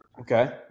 Okay